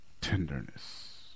tenderness